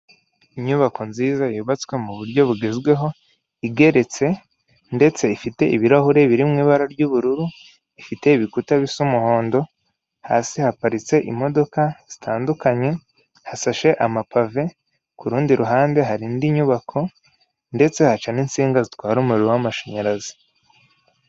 Inyubako nziza yubatswe muburyo bugezweho, igeretse, ndetse ifite ibirahure biri mu ibara ry'ubururu, ifite ibikuta bisa umuhondo, hasi haparitse imodoka zitandukanye, hasashe amapave, ku rundi ruhande hari indi nyubako, ndetse haca n'insinga zitwara umuriro w'amashanyarazi.